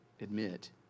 admit